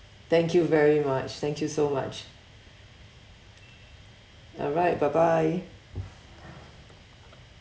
thank you very much thank you so much alright bye bye